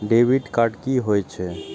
Debit card की होय छे?